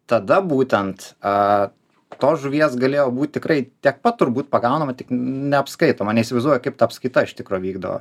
tada būtent tos žuvies galėjo būt tikrai tiek pat turbūt pagaunama tik neapskaitoma neįsivaizduoju kaip ta apskaita iš tikro vykdavo